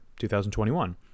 2021